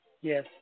Yes